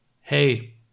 Hey